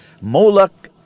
Moloch